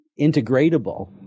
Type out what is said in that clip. integratable